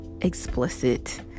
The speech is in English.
explicit